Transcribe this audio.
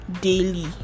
daily